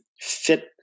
fit